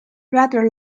rather